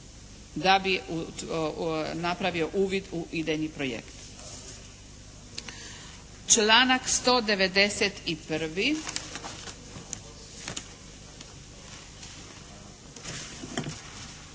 da bi napravio uvid u idejni projekt. Članak 191.